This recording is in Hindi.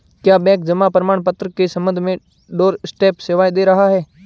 क्या बैंक जमा प्रमाण पत्र के संबंध में डोरस्टेप सेवाएं दे रहा है?